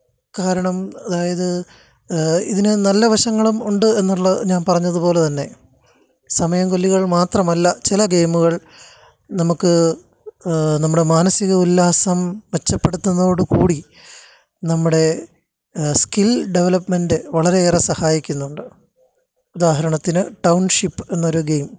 കാരണം അതായത് ഇതിന് നല്ല വശങ്ങളും ഉണ്ട് എന്നുള്ളത് ഞാൻ പറഞ്ഞത് പോലെ തന്നെ സമയം കൊല്ലികള് മാത്രമല്ല ചില ഗെയിമുകള് നമുക്ക് നമ്മുടെ മാനസിക ഉല്ലാസം മെച്ചപ്പെടുത്തുന്നതിനോടു കൂടി നമ്മുടെ സ്കില് ഡെവലപ്പ്മെന്റ് വളരെയേറെ സഹായിക്കുന്നുണ്ട് ഉദാഹരണത്തിന് ടൌണ്ഷിപ്പ് എന്നൊരു ഗെയിം